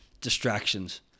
distractions